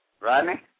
Rodney